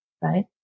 right